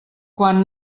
quan